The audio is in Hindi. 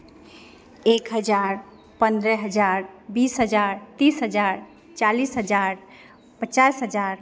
एक हज़ार पंद्रह हज़ार बीस हज़ार तीस हज़ार चालीस हज़ार पचास हज़ार